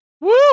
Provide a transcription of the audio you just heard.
Woo